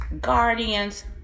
guardians